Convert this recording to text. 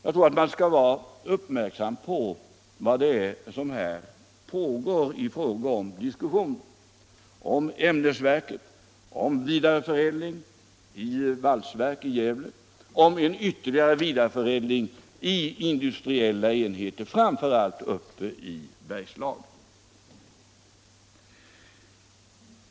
Jag tror att man skall vara uppmärksam på vilka diskussioner som pågår, dvs. diskussioner om ämnesverk, vidareförädling i valsverk i Gävle, ytterligare vidareförädling i industriella enheter, framför allt uppe i Bergslagen.